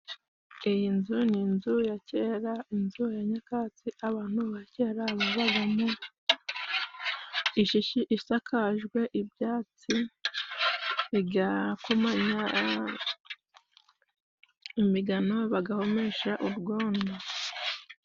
Iyi nzu ni inzu ya kera, inzu ya nyakatsi abantu ba babagamo, ishishi isakajwe ibyatsi bigakomanya imigano bagahomesha urwondo.